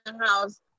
house